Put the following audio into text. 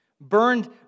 burned